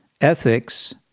ethics